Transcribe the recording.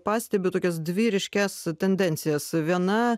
pastebiu tokias dvi ryškias tendencijas viena